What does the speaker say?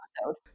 episode